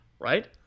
right